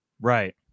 Right